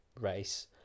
race